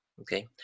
Okay